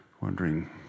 wondering